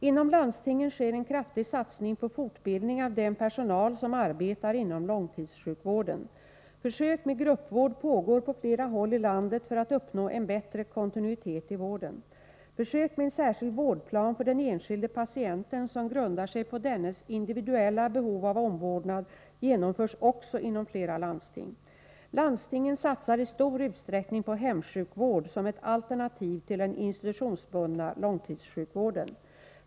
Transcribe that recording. Inom landstingen sker en kraftig satsning på fortbildning av den personal som arbetar inom långtidssjukvården. Försök med gruppvård pågår på flera håll i landet för att uppnå en bättre kontinuitet i vården. Försök med en särskild vårdplan för den enskilde patienten som grundar sig på dennes individuella behov av omvårdnad genomförs också inom flera landsting. Landstingen satsar i stor utsträckning på hemsjukvård som ett alternativ till den institutionsbundna långtidssjukvården.